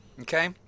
okay